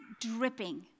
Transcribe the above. dripping